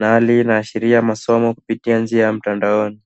na hali hii inaashiria masomo kupitia njia ya mtandaoni.